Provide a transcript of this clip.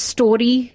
Story